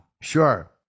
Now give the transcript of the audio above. sure